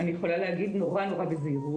אני יכולה להגיד נורא בזהירות.